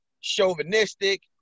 Chauvinistic